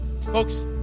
folks